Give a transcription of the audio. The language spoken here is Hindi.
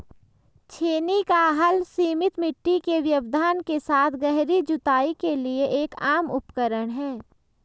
छेनी का हल सीमित मिट्टी के व्यवधान के साथ गहरी जुताई के लिए एक आम उपकरण है